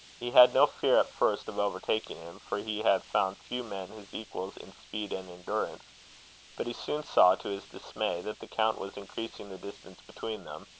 he had no fear at first of overtaking him, for he had found few men his equals in speed and endurance but he soon saw, to his dismay, that the count was increasing the distance between them,